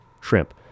shrimp